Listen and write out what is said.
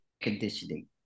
conditioning